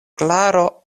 klaro